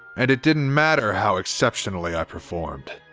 and it didn't matter how exceptionally i performed.